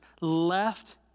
left